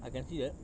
I can see that